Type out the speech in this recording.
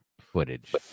footage